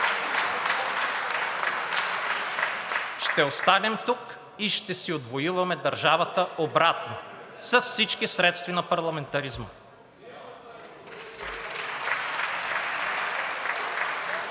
Ще останем тук и ще си отвоюваме държавата обратно с всички средства на парламентаризма.